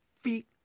feet